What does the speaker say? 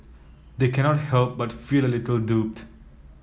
they cannot help but feel a little duped